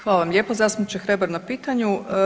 Hvala vam lijepo zastupniče Hrebak na pitanju.